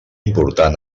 important